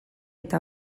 eta